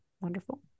wonderful